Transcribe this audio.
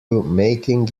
making